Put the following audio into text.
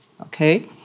okay